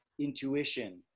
intuition